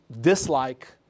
dislike